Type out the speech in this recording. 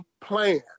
plan